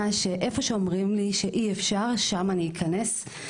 שאיפה שאומרים לי שאי אפשר שם אני אכנס.